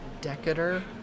Decatur